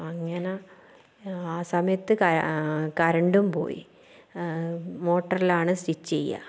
അങ്ങനെ ആ സമയത്ത് കരണ്ടും പോയി മോട്ടറിൽ ആണ് സ്റ്റിച്ച് ചെയ്യുക